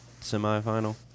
semifinal